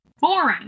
boring